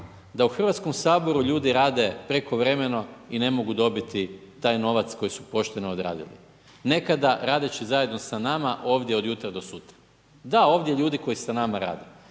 da u Hrvatsku saboru ljudi rade prekovremeno i ne mogu dobiti taj novac koji su pošteno odradili nekada radeći zajedno sa nama ovdje od jutra do sutra. Da, ovdje ljudi koji sa nama rade,